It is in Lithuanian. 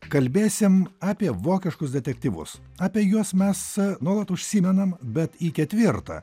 kalbėsim apie vokiškus detektyvus apie juos mes nuolat užsimenam bet į ketvirtą